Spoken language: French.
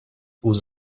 aux